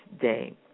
Day